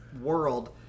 world